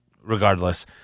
regardless